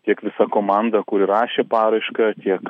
tiek visa komanda kuri rašė paraišką tiek